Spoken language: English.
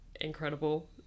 incredible